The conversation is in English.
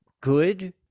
good